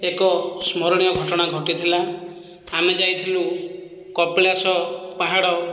ଏକ ସ୍ମରଣୀୟ ଘଟଣା ଘଟିଥିଲା ଆମେ ଯାଇଥିଲୁ କପିଳାସ ପାହାଡ଼